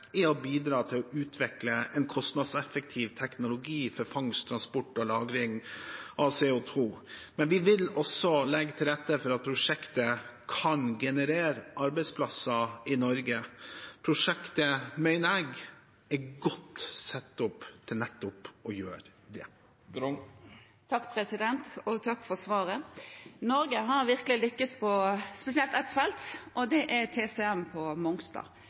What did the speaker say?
å bidra til å utvikle en kostnadseffektiv teknologi for fangst, transport og lagring av CO 2 . Men vi vil også legge til rette for at prosjektet kan generere arbeidsplasser i Norge. Prosjektet, mener jeg, er godt satt opp til nettopp å gjøre det. Takk for svaret. Norge har virkelig lyktes på spesielt ett felt, og det er TCM på Mongstad.